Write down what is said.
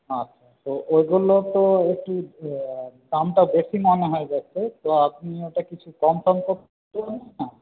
আচ্ছা তো ওগুলো তো একটু দামটা বেশি মনে হয়ে যাচ্ছে তো আপনি ওটা কিছু কম সম করতে না